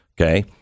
okay